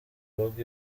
rugo